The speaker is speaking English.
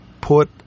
put